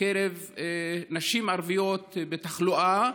בקרב נשים ערביות בתחלואה,